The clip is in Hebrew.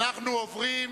אנחנו עוברים